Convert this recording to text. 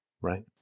right